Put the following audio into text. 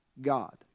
God